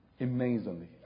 Amazingly